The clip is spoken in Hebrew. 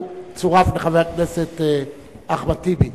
והוא צורף לחבר הכנסת טיבי.